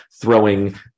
throwing